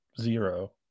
zero